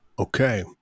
Okay